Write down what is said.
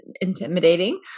Intimidating